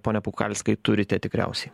pone pukalskai turite tikriausiai